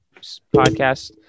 podcast